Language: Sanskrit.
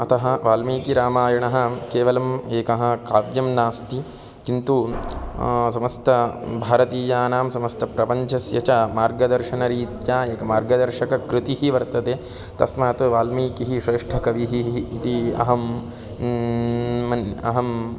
अतः वाल्मीकिरामायणः केवलम् एकं काव्यं नास्ति किन्तु समस्तभारतीयानां समस्तप्रपञ्चस्य च मार्गदर्शनरीत्या एका मार्गदर्शककृतिः वर्तते तस्मात् वाल्मीकिः श्रेष्ठकविः इति अहं मन्ये अहं